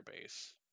base